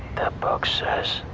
that book says